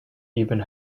even